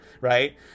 right